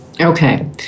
Okay